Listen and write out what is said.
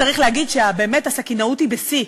באמת, צריך להגיד שהסכינאות היא בשיא.